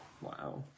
Wow